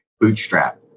Bootstrap